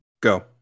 go